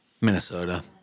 Minnesota